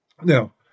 Now